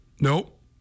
Nope